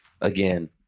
again